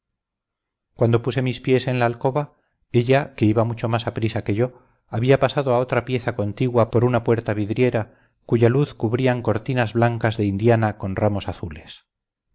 cuando puse mis pies en la alcoba ella que iba mucho más a prisa que yo había pasado a otra pieza contigua por una puerta vidriera cuya luz cubrían cortinas blancas de indiana con ramos azules